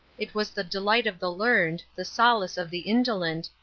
it was the delight of the learned, the solace of the indolent,